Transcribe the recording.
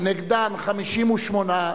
נגד, 58,